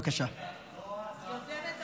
יוזמת החוק.